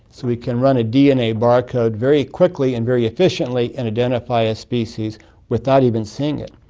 so we can run a dna barcode very quickly and very efficiently and identify a species without even seeing it.